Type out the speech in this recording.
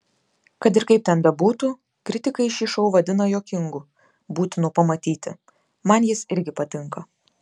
kad ir kaip ten bebūtų kritikai šį šou vadina juokingu būtinu pamatyti man jis irgi patinka